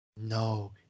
No